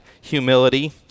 humility